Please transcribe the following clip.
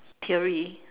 theory